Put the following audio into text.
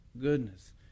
goodness